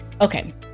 Okay